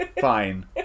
Fine